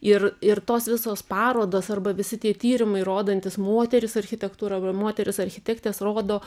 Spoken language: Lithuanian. ir ir tos visos parodos arba visi tie tyrimai rodantys moteris architektūrą v moteris architektes rodo